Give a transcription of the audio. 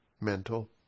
mental